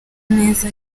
neza